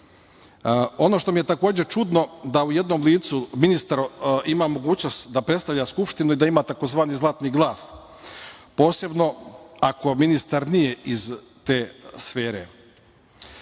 što mi je takođe čudno, da u jednom licu ministar ima mogućnost da predstavlja Skupštinu i da ima tzv. zlatni glas, posebno ako ministar nije iz te sfere. EPS